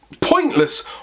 pointless